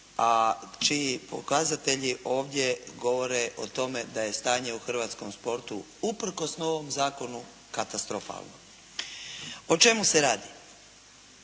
a čiji pokazatelji ovdje govore o tome da je stanje u hrvatskom sportu usprkos novom zakonu katastrofalno. O čemu se radi?